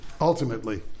Ultimately